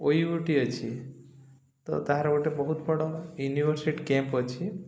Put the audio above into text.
O U A T ଅଛି ତ ତାହାର ଗୋଟେ ବହୁତ ବଡ଼ ୟୁନିଭର୍ସିଟି କ୍ୟାମ୍ପ ଅଛି